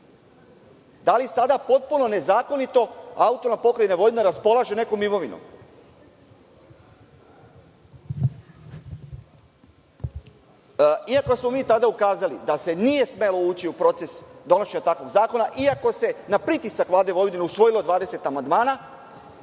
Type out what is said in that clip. Da li sada potpuno nezakonito AP Vojvodina raspolaže nekom imovinom? Iako smo mi tada ukazali da se nije smelo ući u proces donošenja takvog zakona, iako se na pritisak Vlade Vojvodine usvojilo 20 amandmana,